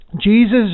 Jesus